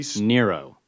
Nero